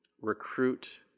recruit